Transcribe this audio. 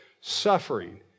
suffering